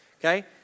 okay